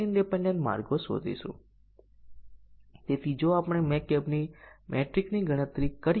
બીજાએ પણ સાચું અને ખોટું મૂલ્ય લેવું જોઈએ ત્રીજાએ પણ સાચું અને ખોટું મૂલ્ય લેવું જોઈએ